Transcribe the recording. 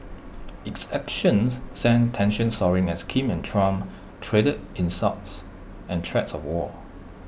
its actions sent tensions soaring as Kim and Trump traded insults and threats of war